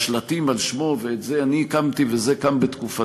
ובשלטים על שמו, את זה אני הקמתי, וזה קם בתקופתי.